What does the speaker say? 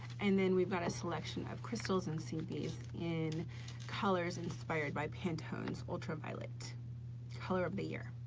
and then we've got a selection of crystals and seed beads in colors inspired by pantone's ultraviolet color of the year.